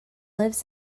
lives